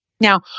Now